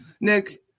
Nick